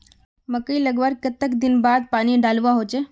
मकई लगवार कतला दिन बाद पानी डालुवा होचे?